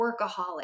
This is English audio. workaholic